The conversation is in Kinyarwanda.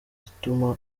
ituma